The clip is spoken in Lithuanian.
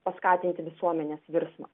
paskatinti visuomenės virsmą